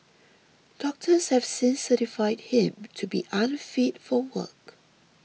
doctors have since certified him to be unfit for work